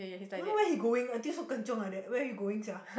don't know where he going until so gan chiong like that where he going sia